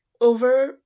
over